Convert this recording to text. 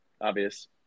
obvious